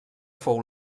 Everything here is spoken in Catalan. fou